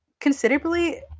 considerably